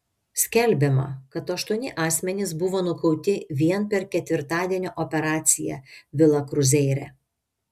skelbiama kad aštuoni asmenys buvo nukauti vien per ketvirtadienio operaciją vila kruzeire